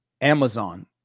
amazon